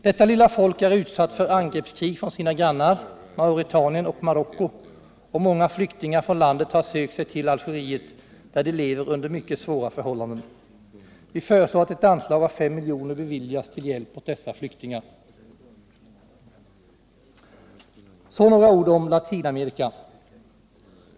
Detta lilla folk är utsatt för angreppskrig från sina grannar, Mauretanien och Marocko, och många flyktingar från landet har sökt sig till Algeriet, där de lever under mycket svåra förhållanden. Vi föreslår att ett anslag på 5 miljoner beviljas till hjälp åt dessa flyktingar. Så några ord om Latinamerika.